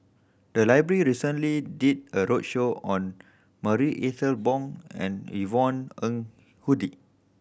the library recently did a roadshow on Marie Ethel Bong and Yvonne Ng Uhde